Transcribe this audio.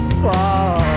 far